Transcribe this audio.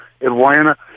Atlanta